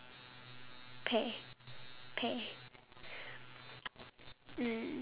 pear pear